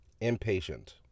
impatient